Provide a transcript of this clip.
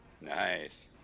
Nice